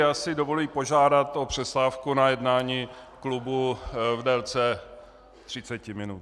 Já si dovoluji požádat o přestávku na jednání klubu v délce třiceti minut.